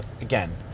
again